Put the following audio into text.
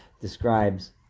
describes